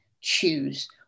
choose